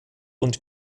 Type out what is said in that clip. und